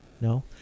No